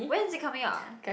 when is it coming out